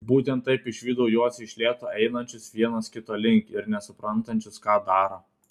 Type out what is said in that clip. būtent taip išvydau juos iš lėto einančius vienas kito link ir nesuprantančius ką daro